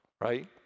Right